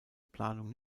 planung